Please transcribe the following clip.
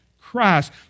Christ